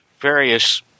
various